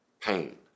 pain